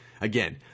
Again